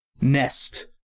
nest